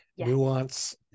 nuance